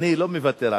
אני לא מוותר עליהם.